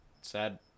sad